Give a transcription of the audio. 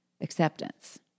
acceptance